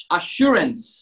assurance